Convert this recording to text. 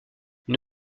une